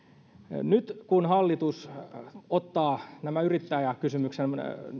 nyt kun hallitus ottaa tämän yrittäjäkysymyksen